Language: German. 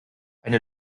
eine